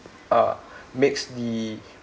uh makes the